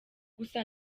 gusa